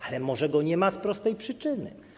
Ale może go nie ma z prostej przyczyny?